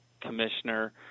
commissioner